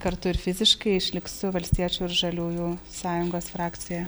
kartu ir fiziškai išliksiu valstiečių ir žaliųjų sąjungos frakcijoje